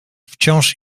wciąż